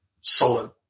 solid